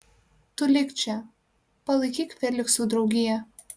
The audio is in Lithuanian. tu lik čia palaikyk feliksui draugiją